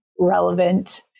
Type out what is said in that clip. relevant